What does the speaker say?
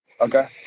Okay